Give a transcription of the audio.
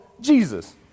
Jesus